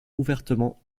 ouvertement